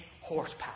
horsepower